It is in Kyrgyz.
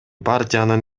партиянын